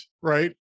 right